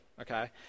okay